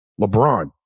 LeBron